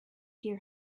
hear